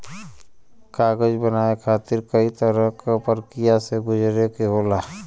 कागज बनाये खातिर कई तरह क परकिया से गुजरे के होला